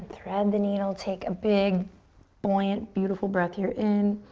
thread the needle, take a big buoyant, beautiful breath here in.